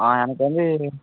ஆ எனக்கு வந்து